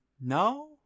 No